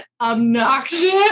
obnoxious